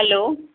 hello